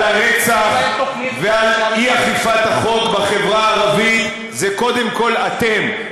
הרצח ועל אי-אכיפת החוק בחברה הערבית זה קודם כול אתם.